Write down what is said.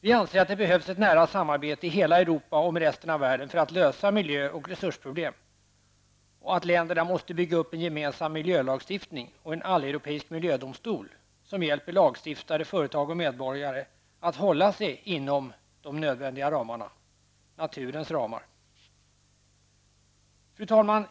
Vi anser att det behövs ett nära samarbete i hela Europa och med resten av världen för att lösa miljö och resursproblemen. Alla länder måste bygga upp en gemensam miljölagstiftning och en alleuropeisk miljödomstol som hjälper lagstiftare, företag och medborgare att hålla sig inom de nödvändiga ramarna -- naturens ramar. Fru talman!